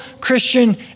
Christian